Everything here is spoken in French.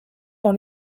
dans